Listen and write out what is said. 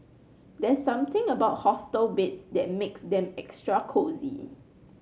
there's something about hostel beds that makes them extra cosy